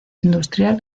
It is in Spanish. industrial